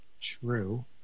True